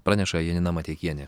praneša janina mateikienė